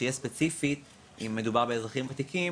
שיהיה ספציפית אם מדובר באזרחים ותיקים